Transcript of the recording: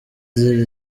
izira